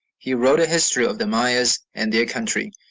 he wrote a history of the mayas and their country,